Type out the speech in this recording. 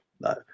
no